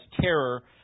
terror